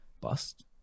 Bust